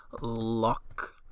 Lock